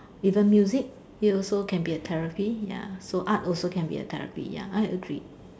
even music it also can be a therapy ya so art also can be a therapy ya I agreed